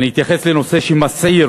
אני אתייחס לנושא שמסעיר